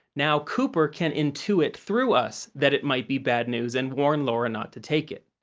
now cooper can intuit through us that it might be bad news and warn laura not to take it.